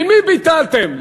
למי ביטלתם?